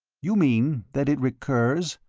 you mean that it recurs?